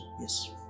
yes